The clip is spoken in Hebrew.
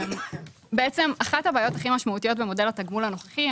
אחת הבעיות הכי משמעותיות במודל התגמול הנוכחי,